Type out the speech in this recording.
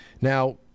Now